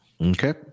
Okay